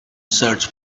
search